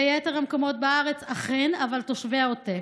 ויתר המקומות בארץ, אכן, אבל תושבי העוטף.